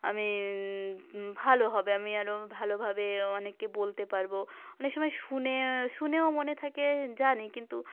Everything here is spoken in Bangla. আমি ভালো হবে আমি আরো ভালোভাবে অনেককে বলতে পারব অনেক সময় শুনে শুনেও মনে থাকে জানি কিন্তু